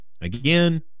again